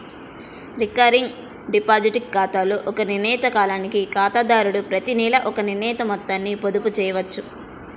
recurring deposit ఖాతాలో ఒక నిర్ణీత కాలానికి ఖాతాదారుడు ప్రతినెలా ఒక నిర్ణీత మొత్తాన్ని పొదుపు చేయవచ్చు